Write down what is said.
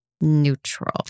Neutral